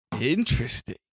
Interesting